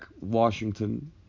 Washington